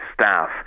staff